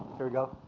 here we go.